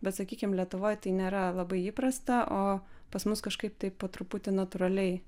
bet sakykim lietuvoj tai nėra labai įprasta o pas mus kažkaip taip po truputį natūraliai